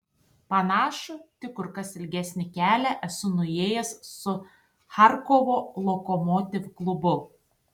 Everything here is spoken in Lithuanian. panašų tik kur kas ilgesnį kelią esu nuėjęs su charkovo lokomotiv klubu